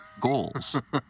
goals